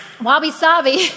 wabi-sabi